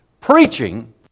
Preaching